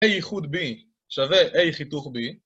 A איחוד B שווה A חיתוך B